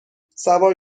سوار